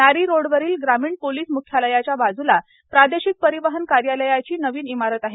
नारी रोडवरील ग्रामीण पोलीस म्ख्यालयाच्या बाजूला प्रादेशिक परिवहन कार्यालयाची नवीन इमारत आहे